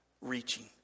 reaching